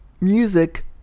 Music